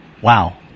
Wow